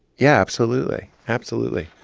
yeah, absolutely. absolutely.